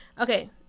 Okay